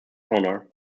honor